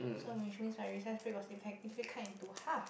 so which means my recess break was effectively cut into half